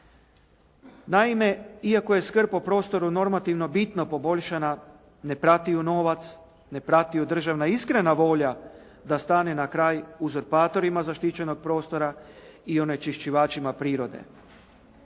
Naime, iako je skrb o prostoru normativno bitno poboljšana, ne prati ju novac, ne prati ju državna iskrena volja da stane na kraj uzurpatorima zaštićenog prostora i onečišćivačima prirode.